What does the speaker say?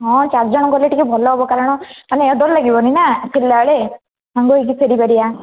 ହଁ ଚାରିଜଣ ଗଲେ ଟିକେ ଭଲ ହେବ କାରଣ ମାନେ ଆଉ ଡର ଲାଗିବନି ନା ଫେରିଲା ବେଳେ ସାଙ୍ଗ ହେଇକି ଫେରି ପାରିବା